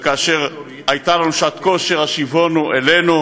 וכאשר הייתה לנו שעת כושר השיבונו אלינו